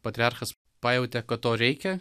patriarchas pajautė kad to reikia